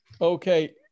Okay